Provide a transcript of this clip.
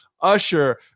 usher